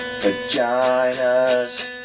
Vaginas